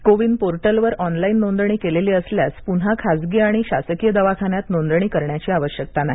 CoWIN portal वर online नोंदणी केलेली असल्यास पुन्हा खाजगी आणि शासकीय दवाखान्यात नोंदणी करण्याची आवश्यकता नाही